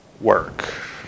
work